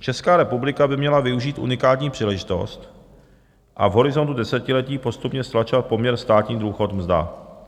Česká republika by měla využít unikátní příležitost a v horizontu desetiletí postupně stlačovat poměr státní důchod mzda.